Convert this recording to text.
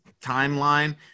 timeline